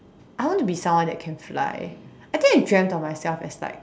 I want to be someone that can fly I think I dreamt of myself as like